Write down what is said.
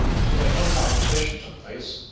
so that no conversation took place,